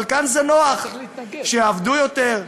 אבל כאן זה נוח שיעבדו יותר,